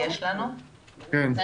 כמו